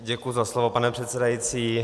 Děkuji za slovo, pane předsedající.